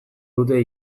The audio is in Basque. dute